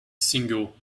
single